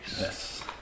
Yes